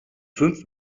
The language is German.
fünf